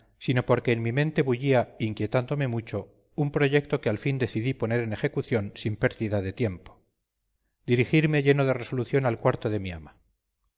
sino porque en mi mente bullía inquietándome mucho un proyecto que al fin decidí poner en ejecución sin pérdida de tiempo dirigime lleno de resolución al cuarto de mi ama